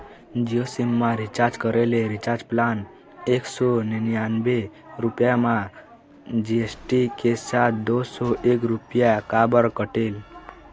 Jio sim मा recharge करे ले रिचार्ज प्लान एक सौ निन्यानबे रुपए मा जी.एस.टी के साथ दो सौ एक रुपया काबर कटेल?